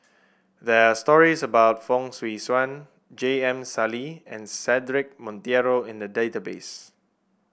there are stories about Fong Swee Suan J M Sali and Cedric Monteiro in the database